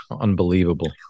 Unbelievable